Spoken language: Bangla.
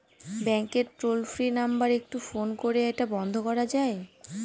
ব্যাংকের টোল ফ্রি নাম্বার একটু ফোন করে এটা বন্ধ করা যায়?